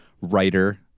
writer-